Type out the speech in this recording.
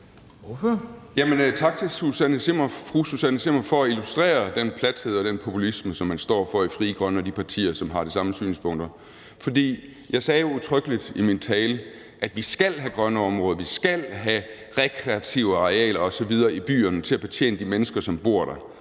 Tak til fru Susanne Zimmer for at illustrere den plathed og den populisme, som man står for i Frie Grønne og i de partier, som har de samme synspunkter. For jeg sagde jo udtrykkeligt i min tale, at vi skal have grønne område, vi skal have rekreative arealer osv. i byerne til at betjene de mennesker, som bor der.